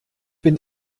bin